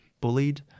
bullied